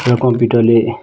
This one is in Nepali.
र कम्प्युटरले